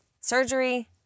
surgery